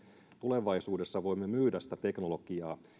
tulevaisuudessa voimme myydä sitä teknologiaa